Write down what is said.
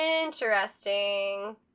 Interesting